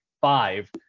five